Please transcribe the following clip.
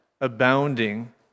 abounding